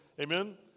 Amen